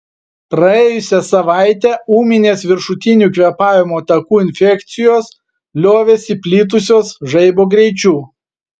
praėjusią savaitę ūminės viršutinių kvėpavimo takų infekcijos liovėsi plitusios žaibo greičiu